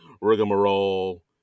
rigmarole